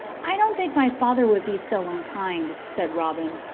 i don't think my father would be so unkind, said robin.